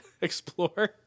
explore